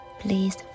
please